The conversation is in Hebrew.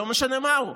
לא משנה מהו,